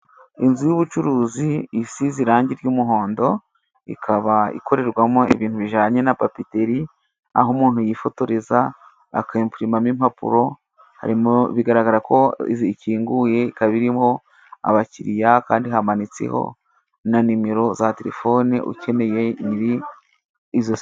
Inzu y'ubucuruzi isize irangi ry'umuhondo ikaba ikorerwamo ibintu bijanye na papeteri, aho umuntu yifotoreza ,akempurimamo impapuro ,harimo bigaragara ko ikinguye ikaba irimo abakiriya kandi hamanitseho na nimero za telefone ukeneye nyiri izo se....